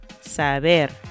saber